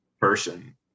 person